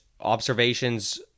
observations